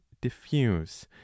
diffuse